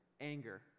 Anger